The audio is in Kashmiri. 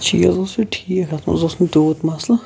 چیٖز اوس یہِ ٹھیٖک اَتھ مَنٛز اوس نہٕ تیوٗت مَسلہٕ